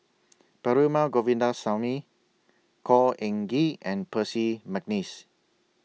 Perumal Govindaswamy Khor Ean Ghee and Percy Mcneice